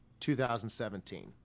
2017